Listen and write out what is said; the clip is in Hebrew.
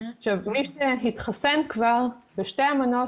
מי שכבר התחסן בשתי המנות,